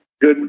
good